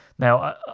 now